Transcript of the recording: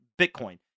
Bitcoin